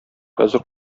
хәзер